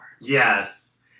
Yes